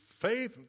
faith